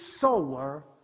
sower